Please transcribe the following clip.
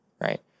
right